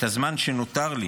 את הזמן שנותר לי